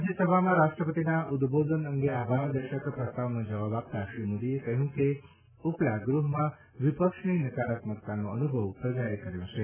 રાજ્યસભામાં રાષ્ટ્રપતિના ઉદબોધન અંગે આભારદર્શક પ્રસ્તાવનો જવાબ આપતાં શ્રી મોદીએ કહ્યું કે ઉપલા ગૃહમાં વિપક્ષની નકારાત્મકતાનો અનુભવ પ્રજાએ કર્યો છે